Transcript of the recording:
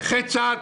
נכי צה"ל,